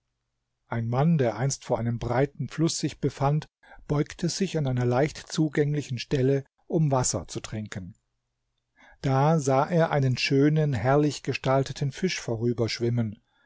ein mann der einst vor einem breiten fluß sich befand beugte sich an einer leicht zugänglichen stelle um wasser zu trinken da sah er einen schönen herrlich gestalteten fisch